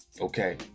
Okay